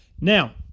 Now